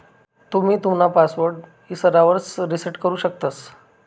तुम्ही तुमना पासवर्ड इसरावर रिसेट करु शकतंस